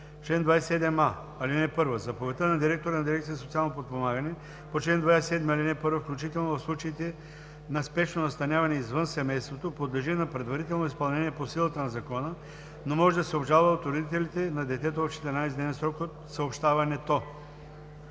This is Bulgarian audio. Чл. 27а. (1) Заповедта на директора на Дирекция „Социално подпомагане“ по чл. 27, ал. 1, включително в случаите на спешно настаняване извън семейството, подлежи на предварително изпълнение по силата на закона, но може да се обжалва от родителите на детето в 14-дневен срок от съобщаването.